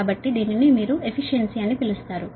కాబట్టి దీనిని మీరు ఎఫిషియన్సీ అని పిలుస్తారు